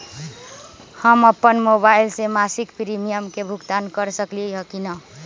हम अपन मोबाइल से मासिक प्रीमियम के भुगतान कर सकली ह की न?